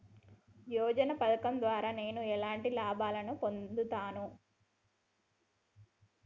యోజన పథకం ద్వారా నేను ఎలాంటి లాభాలు పొందుతాను?